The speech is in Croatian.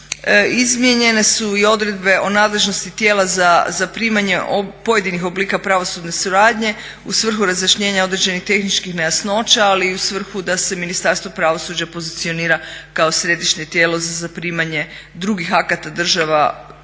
Izmijenjene su i odredbe o nadležnosti tijela za zaprimanje pojedinih oblika pravosudne suradnje u svrhu razjašnjenja određenih tehničkih nejasnoća ali i u svrhu da se Ministarstvo pravosuđa pozicionira kao središnje tijelo za zaprimanje drugih akata država